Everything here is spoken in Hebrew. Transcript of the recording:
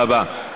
תודה רבה.